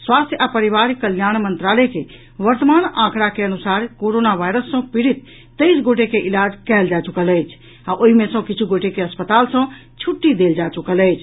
स्वास्थ्य आ परिवार कल्याण मंत्रालय के वर्तमान आंकड़ा के अनुसार कोरोना वायरस सँ पीड़ित तेईस गोटे के इलाज कयल जा चुकल अछि आ ओहि मे सँ किछु गोटे के अस्पताल सँ छुट्टी देल जा चुकल अछि